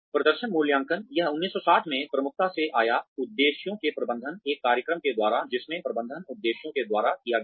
प्रदर्शन मूल्यांकन यह 1960 में प्रमुखता से आया उद्देश्यों के प्रबंधन एक कार्यक्रम के द्वारा जिसमें प्रबंधन उद्देश्यों के द्वारा किया गया था